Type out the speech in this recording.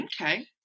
okay